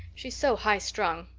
she's so high strung.